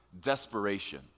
Desperation